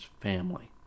family